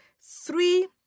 three